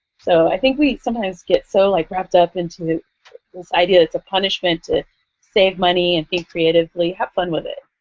so i think we sometimes get so like wrapped up into this idea of it's a punishment to save money and think creatively. have fun with it.